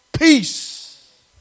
Peace